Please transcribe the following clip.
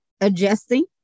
adjusting